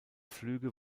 flüge